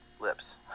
Lips